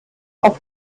auf